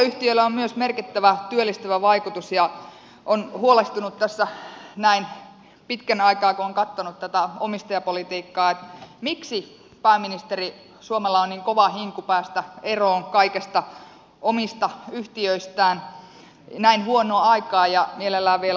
valtionyhtiöillä on myös merkittävä työllistävä vaikutus ja olen huolestunut tässä näin pitkän aikaa kun olen katsonut tätä omistajapolitiikkaa miksi pääministeri suomella on niin kova hinku päästä eroon kaikista omista yhtiöistään näin huonoon aikaan ja mielellään vielä halvalla